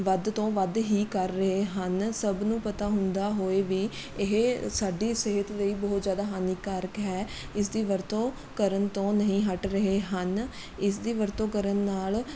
ਵੱਧ ਤੋਂ ਵੱਧ ਹੀ ਕਰ ਰਹੇ ਹਨ ਸਭ ਨੂੰ ਪਤਾ ਹੁੰਦਾ ਹੋਏ ਵੀ ਇਹ ਸਾਡੀ ਸਿਹਤ ਲਈ ਬਹੁਤ ਜ਼ਿਆਦਾ ਹਾਨੀਕਾਰਕ ਹੈ ਇਸ ਦੀ ਵਰਤੋਂ ਕਰਨ ਤੋਂ ਨਹੀਂ ਹੱਟ ਰਹੇ ਹਨ ਇਸ ਦੀ ਵਰਤੋਂ ਕਰਨ ਨਾਲ਼